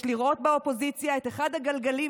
יש לראות באופוזיציה את אחד הגלגלים